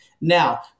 Now